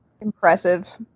impressive